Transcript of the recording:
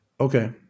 Okay